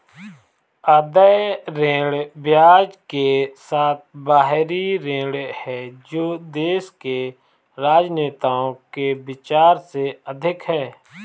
अदेय ऋण ब्याज के साथ बाहरी ऋण है जो देश के राजनेताओं के विचार से अधिक है